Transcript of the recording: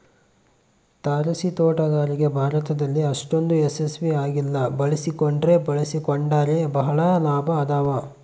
ತಾರಸಿತೋಟಗಾರಿಕೆ ಭಾರತದಲ್ಲಿ ಅಷ್ಟೊಂದು ಯಶಸ್ವಿ ಆಗಿಲ್ಲ ಬಳಸಿಕೊಂಡ್ರೆ ಬಳಸಿಕೊಂಡರೆ ಬಹಳ ಲಾಭ ಅದಾವ